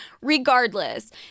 Regardless